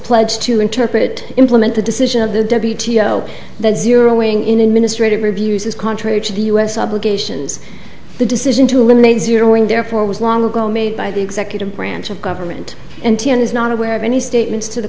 pledged to interpret implement the decision of the w t o the zero wing in an ministry of review says contrary to the u s obligations the decision to eliminate zeroing therefore was long ago made by the executive branch of government and t n is not aware of any statements to the